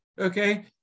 okay